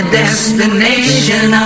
destination